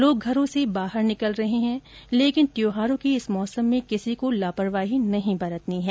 लोग घरों से बाहर निकल रहे हैं लेकिन त्यौहारों के इस मौसम में किसी को लापरवाही नहीं बरतनी है